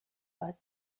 are